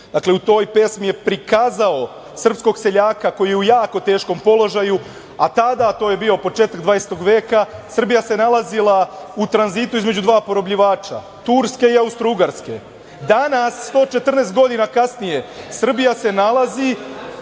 dakle, u toj pesmi je prikazao srpskog seljaka koji je u jako teškom položaju, a tada, to je bio početak 20. veka, Srbija se nalazila u tranzitu između dva porobljivača, Turske i Austrougarske. Danas, 114 godina kasnije, Srbija se nalazi